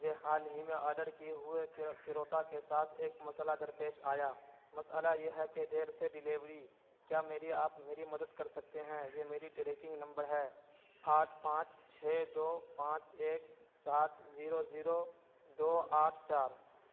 مجھے حال ہی میں آرڈر کیے ہوئے کروطا کے ساتھ ایک مسئلہ درپیش آیا مسئلہ یہ ہے کہ دیر سے ڈیلیوری کیا میری آپ میری مدد کر سکتے ہیں یہ میری ٹریکنگ نمبر ہے آٹھ پانچ چھ دو پانچ ایک سات زیرو زیرو دو آٹھ چار